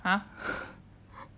!huh!